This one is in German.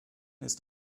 ist